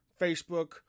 Facebook